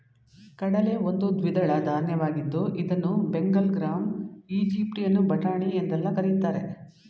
ಕಡಲೆ ಒಂದು ದ್ವಿದಳ ಧಾನ್ಯವಾಗಿದ್ದು ಇದನ್ನು ಬೆಂಗಲ್ ಗ್ರಾಂ, ಈಜಿಪ್ಟಿಯನ್ ಬಟಾಣಿ ಎಂದೆಲ್ಲಾ ಕರಿತಾರೆ